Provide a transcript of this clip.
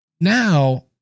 Now